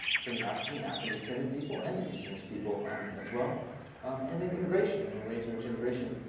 concerning african and african descendant people and indigenous people as well um and then immigration and the ways in which immigration,